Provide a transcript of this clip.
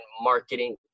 marketing